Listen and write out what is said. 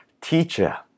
Teacher